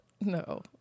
No